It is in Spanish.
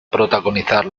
protagonizar